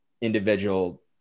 individual